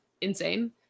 insane